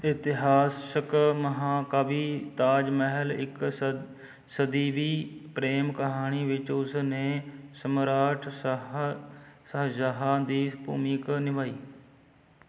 ਇਤਿਹਾਸਕ ਮਹਾਂਕਾਵਿ ਤਾਜ ਮਹਿਲ ਇੱਕ ਸ ਸਦੀਵੀ ਪ੍ਰੇਮ ਕਹਾਣੀ ਵਿੱਚ ਉਸਨੇ ਸਮਰਾਟ ਸ਼ਾਹ ਸ਼ਾਹਜਹਾਂ ਦੀ ਭੂਮਿਕਾ ਨਿਭਾਈ